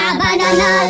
banana